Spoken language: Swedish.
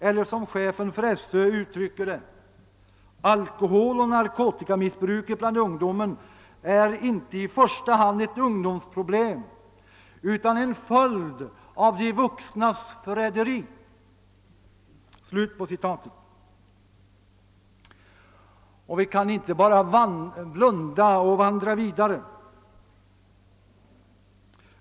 Eller som chefen för skolöverstyrelsen uttrycker det: »Alkoholoch narkotikamissbruket bland ungdomen är inte i första hand ett ungdomsproblem utan en följd av de vuxnas förräderi.» Vi kan inte bara blunda och vandra vidare.